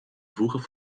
voegen